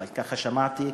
אבל ככה שמעתי,